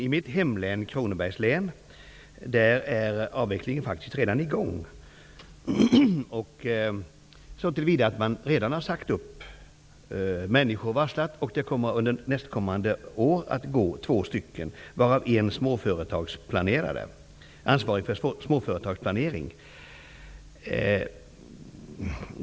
I mitt hemlän, Kronobergs län, är avvecklingen faktiskt redan i gång så till vida att man redan har varslat människor om uppsägning. Under nästkommande år får två gå, en av dem ansvarig för småföretagsplanering.